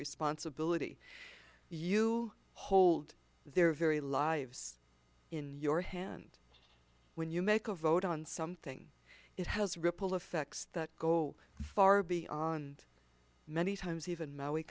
responsibility you hold their very lives in your hand when you make a vote on something it has ripple effects that go far beyond many times even my w